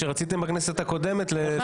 כשרציתם בכנסת הקודמת ---?